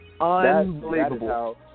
Unbelievable